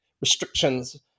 restrictions